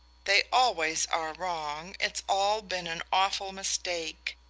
they always are wrong it's all been an awful mistake.